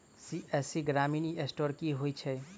CSC ग्रामीण e store की होइ छै?